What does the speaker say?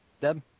Deb